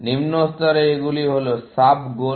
নিম্ন স্তরে এগুলি হলো সাব গোল